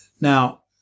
Now